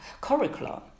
curriculum